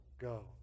go